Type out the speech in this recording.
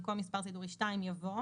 במקום מספר סידורי (2) יבוא: